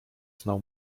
znał